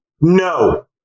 no